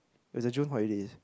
was the June holidays